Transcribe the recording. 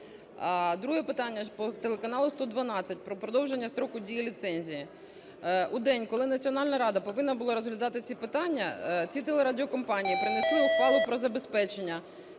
Друге питання: по телеканалу "112", про продовження строку дії ліцензії. В день, коли Національна рада повинна була розглядати ці питання, ці телерадіокомпанії принесли ухвалу про забезпечення,